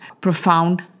profound